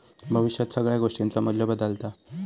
भविष्यात सगळ्या गोष्टींचा मू्ल्य बदालता